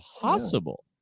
possible